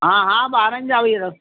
हा हा ॿारनि जा बि